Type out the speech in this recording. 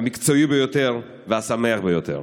המקצועי ביותר והשמח ביותר.